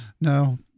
no